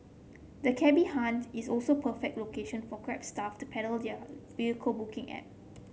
the cabby haunt is also perfect location for Grab staff to peddle their vehicle booking app